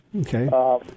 Okay